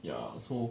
ya so